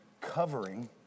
covering